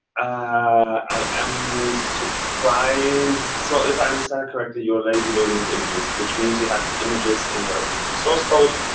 i am surprised. so if i understand correctly, your lazy loading the images, which means you have the images in the original source code.